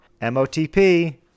M-O-T-P